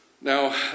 Now